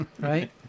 right